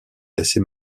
laissé